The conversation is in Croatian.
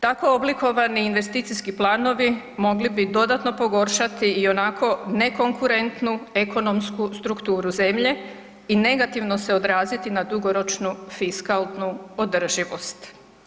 Tako oblikovani investicijski planovi mogli bi dodatno pogoršati i onako nekonkurentnu ekonomsku strukturu zemlje i negativno se odraziti na dugoročnu fiskalnu održivost.